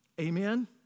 Amen